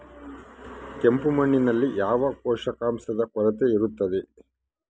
ಕೆಂಪು ಮಣ್ಣಿನಲ್ಲಿ ಯಾವ ಪೋಷಕಾಂಶದ ಕೊರತೆ ಇರುತ್ತದೆ?